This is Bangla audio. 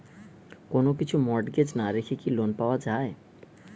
কোন কিছু মর্টগেজ না রেখে কি লোন পাওয়া য়ায়?